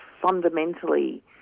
fundamentally